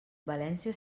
valència